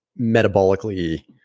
metabolically